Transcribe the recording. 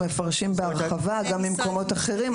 הם מפרשים בהרחבה גם ממקומות אחרים.